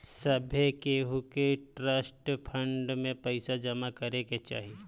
सभे केहू के ट्रस्ट फंड में पईसा जमा करे के चाही